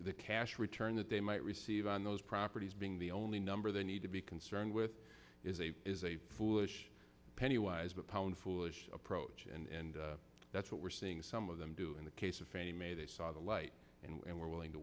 the cash return that they might receive on those properties being the only number they need to be concerned with is a is a foolish pennywise pound foolish approach and that's what we're seeing some of them do in the case of fannie mae they saw the light and were willing to